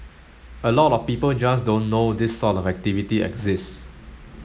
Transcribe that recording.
a lot of people just don't know this sort of activity exists